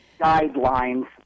guidelines